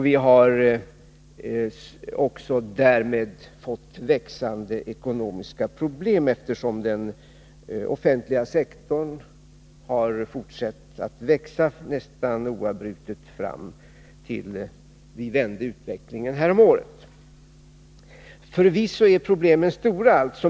Vi har därmed också fått växande ekonomiska problem, eftersom den offentliga sektorn har fortsatt att växa nästan oavbrutet fram till dess vi vände utvecklingen häromåret. Förvisso är problemen stora.